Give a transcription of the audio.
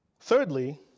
Thirdly